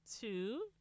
two